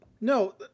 No